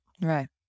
Right